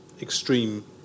extreme